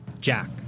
Jack